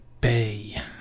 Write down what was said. Bay